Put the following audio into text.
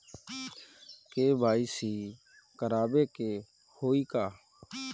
KYC करावे के होई का?